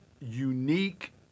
unique